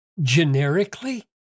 generically